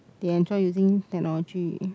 they enjoy using technology